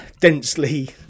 densely